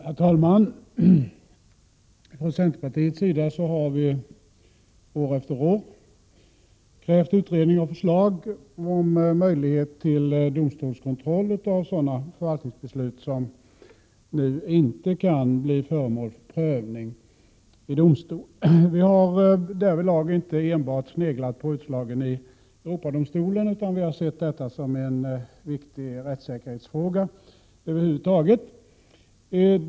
Herr talman! Från centerpartiets sida har vi år efter år krävt utredning och förslag om möjlighet till domstolskontroll av sådana förvaltningsbeslut som nu inte kan bli föremål för prövning av domstol. Vi har därvidlag inte enbart sneglat på utslagen i Europadomstolen, utan vi har sett detta som en viktig rättssäkerhetsfråga över huvud taget.